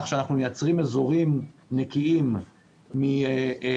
שאנחנו מייצרים אזורים נקיים מקורונה,